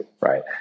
right